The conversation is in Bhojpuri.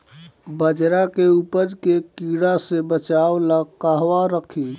बाजरा के उपज के कीड़ा से बचाव ला कहवा रखीं?